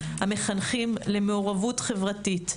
המחנכים למעורבות חברתית.